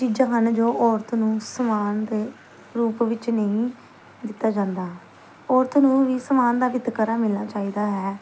ਚੀਜ਼ਾਂ ਹਨ ਜੋ ਔਰਤ ਨੂੰ ਸਨਮਾਨ ਦੇ ਰੂਪ ਵਿੱਚ ਨਹੀਂ ਦਿੱਤਾ ਜਾਂਦਾ ਔਰਤ ਨੂੰ ਵੀ ਸਨਮਾਨ ਦਾ ਵਿਤਕਰਾ ਮਿਲਣਾ ਚਾਹੀਦਾ ਹੈ